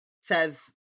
says